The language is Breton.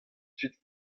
tud